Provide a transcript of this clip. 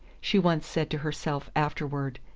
she once said to herself, afterward,